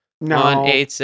No